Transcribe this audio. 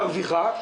מרוויחה,